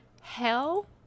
hell